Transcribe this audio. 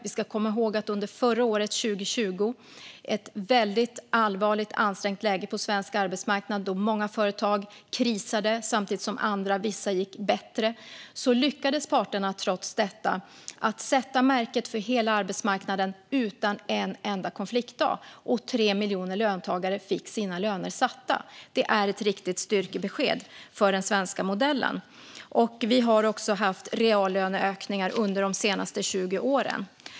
Vi ska komma ihåg att under förra året, 2020, då det var ett väldigt allvarligt och ansträngt läge på svensk arbetsmarknad och många företag krisade samtidigt som vissa gick bättre - då lyckades parterna trots detta att sätta märket för hela arbetsmarknaden utan en enda konfliktdag, och 3 miljoner löntagare fick sina löner satta. Det är ett riktigt styrkebesked för den svenska modellen. Vi har också haft reallöneökningar under de senaste 20 åren. Fru talman!